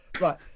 Right